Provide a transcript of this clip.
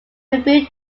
rebuilt